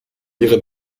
ihre